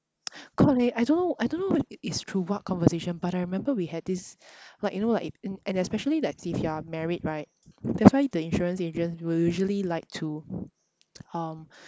correct I don't know I don't know i~ it's through what conversation but I remember we had this like you know like and especially like if you are married right that's why the insurance agent will usually like to um